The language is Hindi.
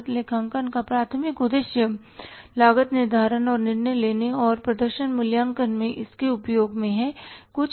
लागत लेखांकन का प्राथमिक उद्देश्य लागत निर्धारण और निर्णय लेने और प्रदर्शन मूल्यांकन में इसके उपयोग में हैं